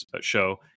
show